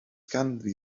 ganddi